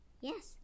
Yes